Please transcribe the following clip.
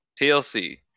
TLC